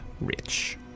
rich